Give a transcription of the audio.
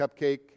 cupcake